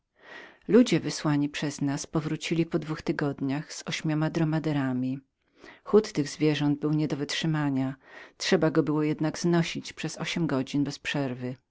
ludzie wysłani przez nas pewrócilipowrócili w piętnaście dni z ośmioma dromaderami chód tych zwierząt był nie do wytrzymania trzeba go było jednak znosić przez ośm godzin bez przerwy